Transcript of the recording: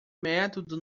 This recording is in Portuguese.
método